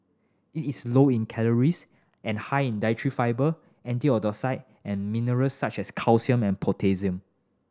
it is low in calories and high in dietary fibre and mineral such as calcium and potassium